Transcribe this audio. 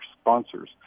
sponsors